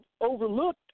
overlooked